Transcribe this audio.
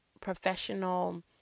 professional